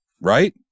Right